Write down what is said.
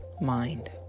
mind